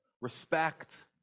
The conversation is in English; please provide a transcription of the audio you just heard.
respect